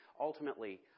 ultimately